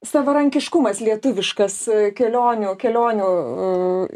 savarankiškumas lietuviškas kelionių kelionių